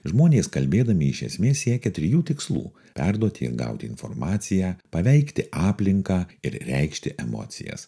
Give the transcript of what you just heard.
žmonės kalbėdami iš esmės siekia trijų tikslų perduoti ir gautą informaciją paveikti aplinką ir reikšti emocijas